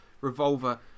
revolver